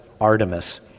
Artemis